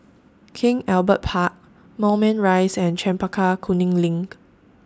King Albert Park Moulmein Rise and Chempaka Kuning LINK